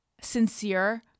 sincere